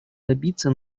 добиться